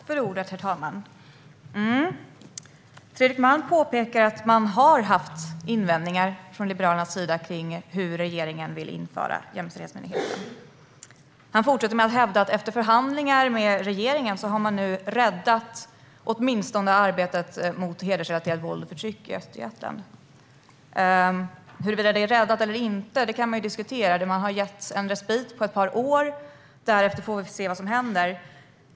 Herr talman! Fredrik Malm framhåller att man från Liberalernas sida har haft invändningar mot hur regeringen vill inrätta en jämställdhetsmyndighet. Han fortsätter med att säga att efter förhandlingar med regeringen har man nu räddat åtminstone arbetet i Östergötland mot hedersrelaterat våld och förtryck. Huruvida det är räddat eller inte kan diskuteras - man har getts en respit på ett par år, och därefter får vi se vad som händer.